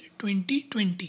2020